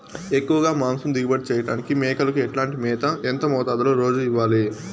ఎక్కువగా మాంసం దిగుబడి చేయటానికి మేకలకు ఎట్లాంటి మేత, ఎంత మోతాదులో రోజు ఇవ్వాలి?